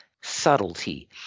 subtlety